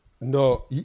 No